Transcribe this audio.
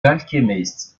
alchemist